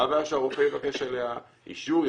מה הבעיה שהרופא יבקש עליה אישור,